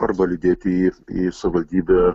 arba lydėti į į savivaldybę